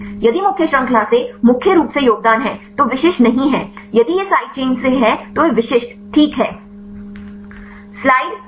यदि मुख्य श्रृंखला से मुख्य रूप से योगदान है तो विशिष्ट नहीं हैं यदि यह साइड चेन से है तो वे विशिष्ट ठीक हैं